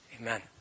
Amen